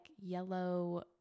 yellow